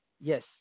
yes